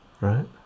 Right